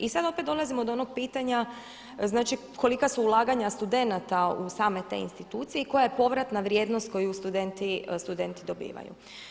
I sad opet dolazimo do onog pitanja, znači kolika su ulaganja studenata u same te institucije i koja je povratna vrijednost koju studenti dobivaju.